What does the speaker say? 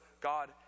God